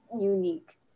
unique